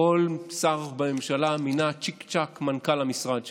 כל שר בממשלה מינה צ'יק-צ'ק מנכ"ל למשרד שלו.